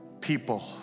people